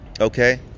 okay